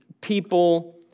people